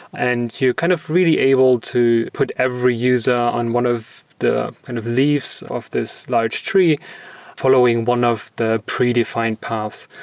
and kind of really able to put every user on one of the kind of leaves of this large tree following one of the predefined paths.